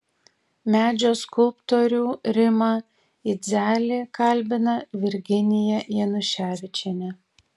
medžio skulptorių rimą idzelį kalbina virginija januševičienė